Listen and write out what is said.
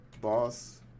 boss